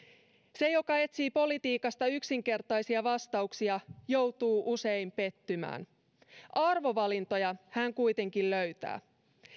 se joka etsii politiikasta yksinkertaisia vastauksia joutuu usein pettymään arvovalintoja hän kuitenkin löytää